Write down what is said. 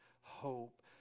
hope